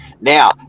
Now